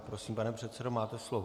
Prosím, pane předsedo, máte slovo.